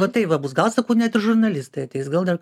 va tai va bus gal sakau net ir žurnalistai ateis gal dar